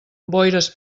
boires